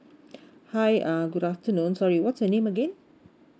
hi uh good afternoon sorry what's your name again